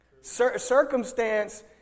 Circumstance